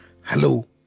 Hello